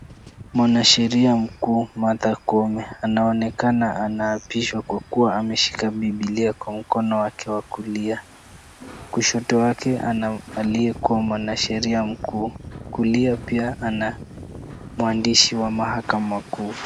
Mwanasheria mkuu Martha Koome anaonekana anaapishwa kwa kuwa ameshika Biblia kwa mkono wake wa kulia. Kushoto wake ana aliyekuwa mwanasheria mkuu. Kulia pia ana mwandishi wa mahakama kuu.